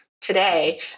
today